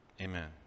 amen